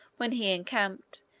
when he encamped,